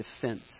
defense